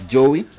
Joey